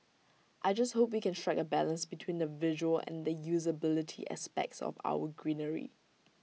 I just hope we can strike A balance between the visual and the usability aspects of our greenery